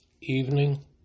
evening